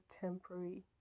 temporary